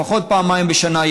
לפחות פעמיים בשנה,